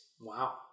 Wow